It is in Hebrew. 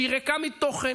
שהיא ריקה מתוכן,